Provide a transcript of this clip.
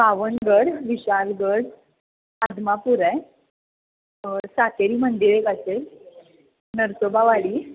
पावनगड विशाळगड आदमापूर आहे सातेरी मंदिर एक असेल नरसोबावाडी